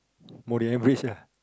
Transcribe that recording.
more than average ah